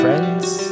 Friends